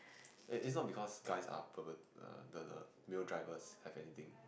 it its not because guys are pervert the the male drivers have anything